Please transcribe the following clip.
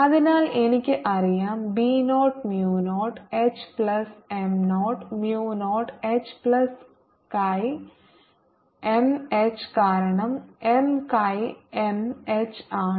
അതിനാൽ എനിക്ക് അറിയാം B 0 mu 0 H plus M mu 0 H plus Chi M H കാരണം എം Chi എം എച്ച് ആണ്